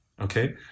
Okay